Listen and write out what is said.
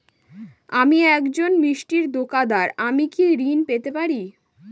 আমি একজন মিষ্টির দোকাদার আমি কি ঋণ পেতে পারি?